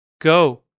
Go